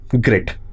great